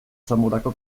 zamorako